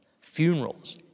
funerals